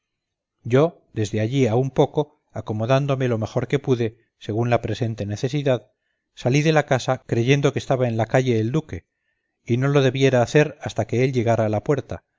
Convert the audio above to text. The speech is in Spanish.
yo desde allí a un poco acomodándome lo mejor que pude según la presente necesidad salí de la casa creyendo que estaba en la calle el duque y no lo debiera hacer hasta que él llegara a la puerta